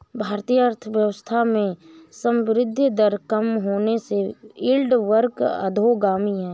भारतीय अर्थव्यवस्था में संवृद्धि दर कम होने से यील्ड वक्र अधोगामी है